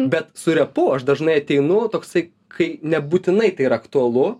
bet su repu aš dažnai ateinu toksai kai nebūtinai tai ir aktualu